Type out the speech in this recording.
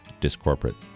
Discorporate